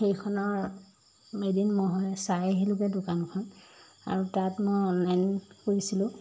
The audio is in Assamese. সেইখনৰ এদিন মই চাই আহিলোঁগৈ দোকানখন আৰু তাত মই অনলাইন কৰিছিলোঁ